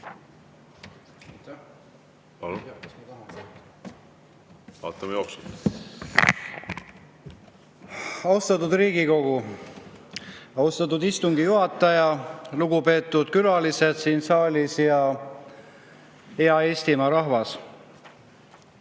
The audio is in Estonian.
Austatud Riigikogu! Austatud istungi juhataja! Lugupeetud külalised siin saalis! Hea Eestimaa rahvas!